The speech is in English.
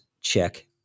check